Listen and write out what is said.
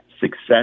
success